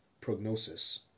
prognosis